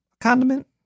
condiment